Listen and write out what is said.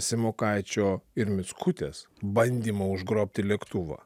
simokaičio ir mickutės bandymą užgrobti lėktuvą